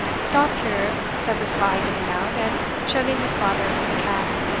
stop here, said the spy, getting out, and shutting his father into the cab.